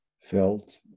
felt